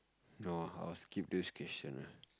no I will skip this question ah